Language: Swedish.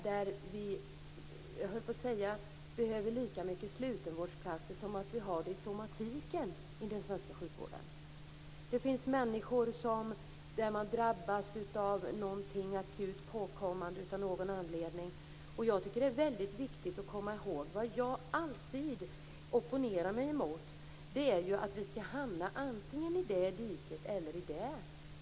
För dessa behövs det kanske lika många slutenvårdsplatser som det finns inom somatiken i den svenska sjukvården. Det finns människor som av någon anledning drabbas av något akut. Jag opponerar mig alltid mot att vi skall hamna antingen i det ena diket eller i det andra.